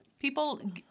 People